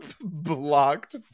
blocked